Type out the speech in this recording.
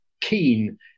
keen